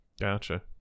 gotcha